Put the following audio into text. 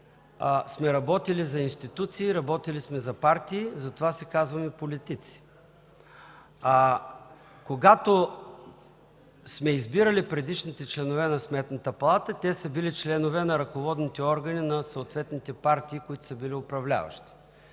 сме работили за институции, работили сме за партии, затова се казваме политици. Когато сме избирали предишните членове на Сметната палата, те са били членове на ръководните органи на съответните партии, които са били управляващи.